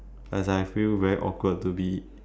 as I feel very awkward to be